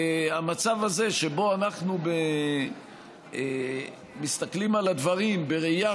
המצב הזה שבו אנחנו מסתכלים על הדברים בראייה